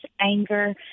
anger